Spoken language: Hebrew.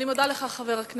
אני מודה לך, חבר הכנסת